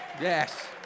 Yes